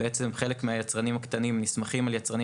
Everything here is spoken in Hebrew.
בעצם חלק מהיצרנים הקטנים נסמכים על יצרנים